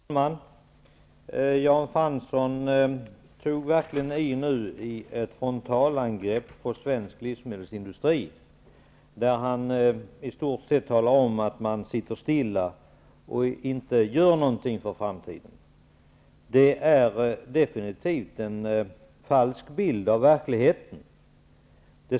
Herr talman! Jan Fransson tog verkligen i och gjorde ett frontalangrepp på svensk livsmedelsindustri. Han sade att man i stort sett sitter stilla och inte gör någonting inför framtiden. Det är definitivt en falsk bild av verkligheten.